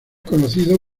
conocido